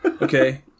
Okay